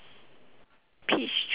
peach juice